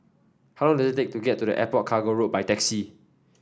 how long does it take to get to the Airport Cargo Road by taxi